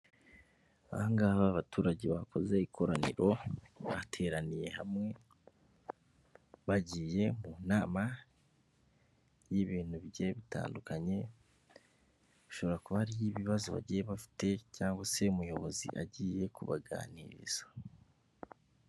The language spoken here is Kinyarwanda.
Aha ngaha abaturage bakoze ikoraniro bateraniye hamwe, bagiye mu nama y'ibintu bigiye bitandukanye, bishobora kuba hari ibibazo bagiye bafite cyangwa se umuyobozi agiye kubaganiriza.